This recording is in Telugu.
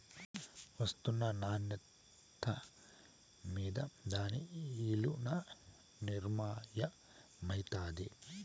ఒస్తున్న నాన్యత మింద దాని ఇలున నిర్మయమైతాది